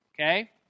okay